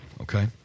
okay